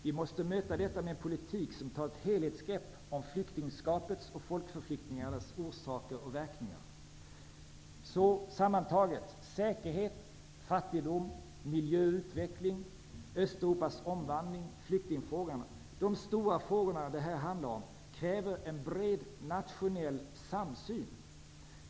Vi måste möta detta med en politik som tar ett helhetsgrepp om flyktingskapets och folkförflyttningarnas orsaker och verkningar. Sammantaget: Säkerhet, fattigdom, miljö och utveckling, Östeuropas omvandling, flyktingfrågorna -- de stora frågor det här handlar om kräver en bred nationell samsyn.